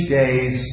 days